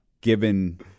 given